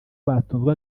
batunzwe